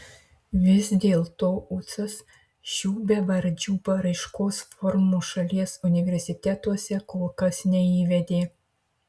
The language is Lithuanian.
vis dėlto ucas šių bevardžių paraiškos formų šalies universitetuose kol kas neįvedė